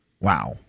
Wow